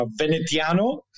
Venetiano